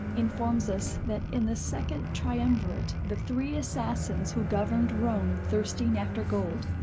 informs us that, in the second triumvirate, the three assassins who governed rome thirsting after gold,